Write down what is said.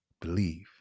Believe